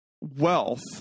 wealth